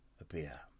appear